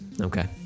Okay